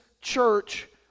church